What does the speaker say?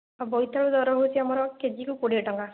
ଆଉ ବୋଇତାଳୁ ଦର ହେଉଛି ଆମର କେଜି କୁ କୋଡ଼ିଏ ଟଙ୍କା